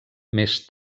més